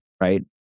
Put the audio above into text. right